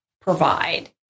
provide